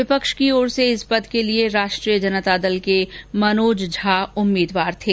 विपक्ष की ओर से इस पद के लिए राष्ट्रीय जनता दल के नेता मनोज झा उम्मीदवार थे